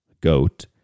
goat